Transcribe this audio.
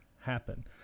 happen